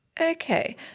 Okay